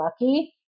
lucky